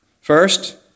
First